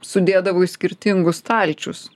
sudėdavo į skirtingus stalčius